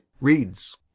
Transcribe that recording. reads